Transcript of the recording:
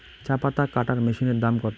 চাপাতা কাটর মেশিনের দাম কত?